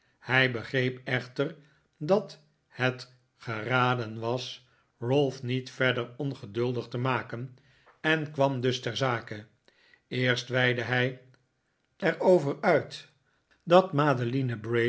hij begreep echter dat het geraden was ralph niet verder ongeduldig te maken en kwam dus ter zake eerst weidde hij er over uit dat madeline bray